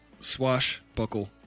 Swashbuckle